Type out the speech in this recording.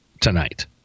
tonight